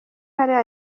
hariya